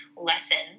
lessons